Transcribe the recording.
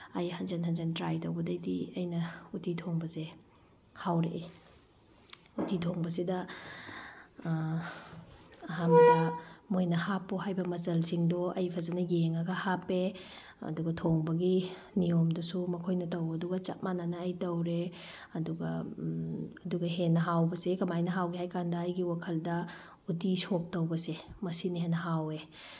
ꯑꯩ ꯍꯟꯖꯟ ꯍꯟꯖꯟ ꯇ꯭ꯔꯥꯏ ꯇꯧꯕꯗꯩꯗꯤ ꯑꯩꯅ ꯎꯇꯤ ꯊꯣꯡꯕꯁꯦ ꯍꯥꯎꯔꯛꯏ ꯎꯇꯤ ꯊꯣꯡꯕꯁꯤꯗ ꯑꯍꯥꯟꯕꯗ ꯃꯣꯏꯅ ꯍꯥꯞꯄꯣ ꯍꯥꯏꯕ ꯃꯆꯜꯁꯤꯡꯗꯣ ꯑꯩ ꯐꯖꯅ ꯌꯦꯡꯉꯒ ꯍꯥꯞꯄꯦ ꯑꯗꯨꯒ ꯊꯣꯡꯕꯒꯤ ꯅꯤꯌꯣꯝꯗꯨꯁꯨ ꯃꯈꯣꯏꯅ ꯇꯧꯕꯗꯨꯒ ꯆꯞ ꯃꯥꯅꯅ ꯑꯩ ꯇꯧꯔꯦ ꯑꯗꯨꯒ ꯑꯗꯨꯒ ꯍꯦꯟꯅ ꯍꯥꯎꯕꯁꯦ ꯀꯃꯥꯏꯅ ꯍꯥꯎꯒꯦ ꯍꯥꯏ ꯀꯥꯟꯗ ꯑꯩꯒꯤ ꯋꯥꯈꯜꯗ ꯎꯇꯤ ꯁꯣꯛ ꯇꯧꯕꯁꯦ ꯃꯁꯤꯅ ꯍꯦꯟꯅ ꯍꯥꯎꯋꯦ